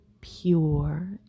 pure